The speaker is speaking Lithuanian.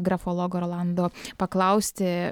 grafologo rolando paklausti